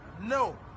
No